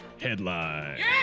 headline